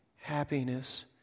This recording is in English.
Happiness